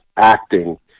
acting